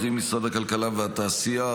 קרי משרדי הכלכלה והתעשייה,